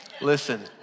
listen